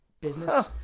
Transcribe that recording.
business